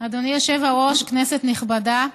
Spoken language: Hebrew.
אדוני היושב-ראש, כנסת נכבדה,